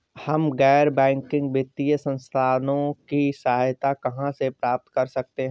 हम गैर बैंकिंग वित्तीय संस्थानों की सहायता कहाँ से प्राप्त कर सकते हैं?